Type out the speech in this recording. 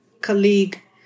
colleague